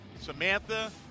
Samantha